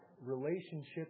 relationship